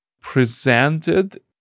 presented